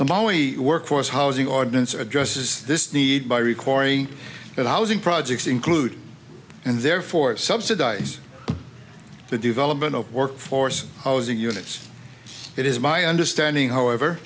maoi workforce housing ordinance addresses this need by requiring that housing projects include and therefore subsidize the development of workforce housing units it is my understanding however